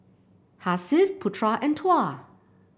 Hasif Putra and Tuah